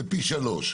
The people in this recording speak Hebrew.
זה פי שלושה.